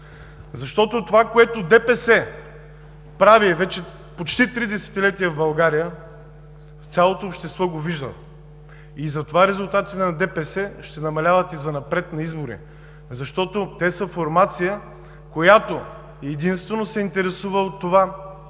Защото това, което ДПС прави вече почти три десетилетия в България, цялото общество го вижда. Затова резултатите на ДПС ще намаляват и занапред на избори, защото те са формация, която единствено се интересува от това